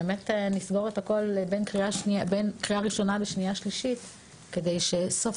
נסגור את הכול בין קריאה ראשונה לקריאה שנייה ושלישית כדי שסוף